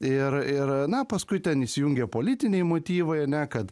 ir ir na paskui ten įsijungė politiniai motyvai ane kad